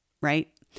right